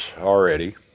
already